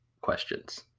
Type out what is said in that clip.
questions